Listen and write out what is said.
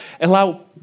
Allow